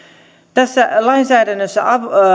tässä lainsäädännössä